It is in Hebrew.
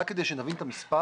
רק כדי שנבין את המספר,